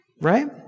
right